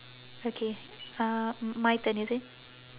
okay uh m~ my turn is it